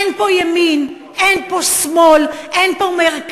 אין פה ימין, אין פה שמאל, אין פה מרכז.